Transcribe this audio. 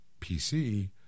PC